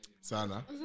sana